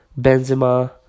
Benzema